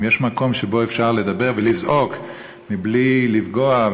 אם יש מקום שבו אפשר לדבר ולזעוק בלי לפגוע,